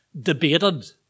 debated